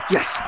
Yes